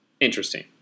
interesting